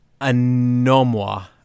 Anomwa